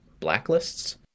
blacklists